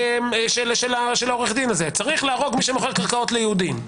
של עורך הדין הזה: צריך להרוג מי שמוכר קרקעות ליהודים.